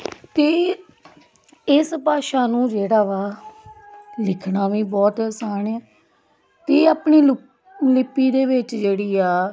ਅਤੇ ਇਹ ਇਸ ਭਾਸ਼ਾ ਨੂੰ ਜਿਹੜਾ ਵਾ ਲਿਖਣਾ ਵੀ ਬਹੁਤ ਅਸਾਨ ਹੈ ਅਤੇ ਆਪਣੀ ਲੁਪ ਲਿਪੀ ਦੇ ਵਿੱਚ ਜਿਹੜੀ ਆ